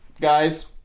Guys